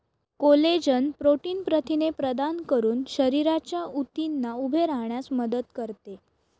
collagen protein प्रथिने प्रदान करून शरीराच्या ऊतींना उभे राहण्यास मदत करते